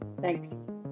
Thanks